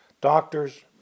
doctors